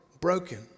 broken